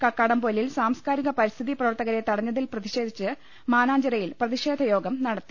കക്കാടംപൊയിലിൽ സാസ്കാരിക പരിസ്ഥിതി പ്രവർത്തകരെ ത ടഞ്ഞതിൽ പ്രതിഷേധിച്ച് മാനാഞ്ചിറയിൽ പ്രതിഷേധ യോഗം നടത്തി